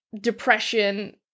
depression